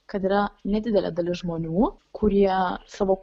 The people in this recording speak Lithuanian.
kad yra nedidelė dalis žmonių kurie savo